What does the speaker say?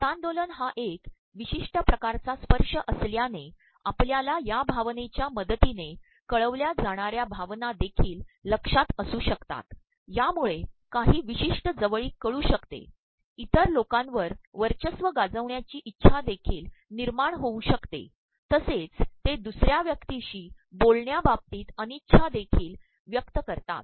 हस्त्तांदोलन हा एक प्रवमशष्ि िकारचा स्त्पशय असल्याने आपल्याला या भावनेच्या मदतीने कळवल्या जाणार् या भावना देखील लक्षात असू शकतात यामुळे काही प्रवमशष्ि जवळीक कळूशकते इतर लोकांवर वचयस्त्व गाजवण्याची इच्छा देखील तनमायण होऊ शकतेतसेच तेदसु र्या व्यक्तीशी बोलण्याबाबतीत अतनच्छा देखील व्यक्त करतात